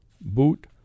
boot